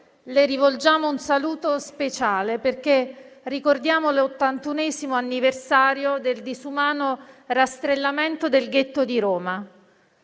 le rivolgiamo un saluto speciale, perché ricordiamo l'81° anniversario del disumano rastrellamento del Ghetto di Roma.